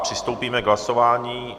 Přistoupíme k hlasování.